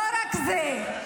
לא רק זאת,